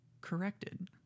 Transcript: corrected